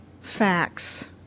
facts